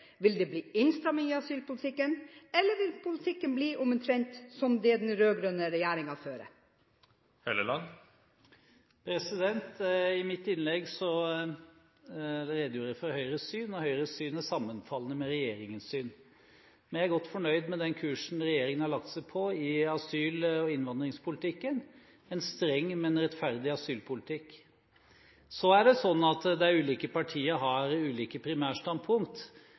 Vil det bli innstramming i asylpolitikken, eller vil politikken bli omtrent som den den rød-grønne regjeringen fører? I mitt innlegg redegjorde jeg for Høyres syn, og Høyres syn er sammenfallende med regjeringens syn. Vi er godt fornøyd med den kursen regjeringen har lagt seg på i asyl- og innvandringspolitikken – en streng, men rettferdig asylpolitikk. Så er det sånn at ulike partier har ulike primærstandpunkt.